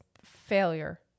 failure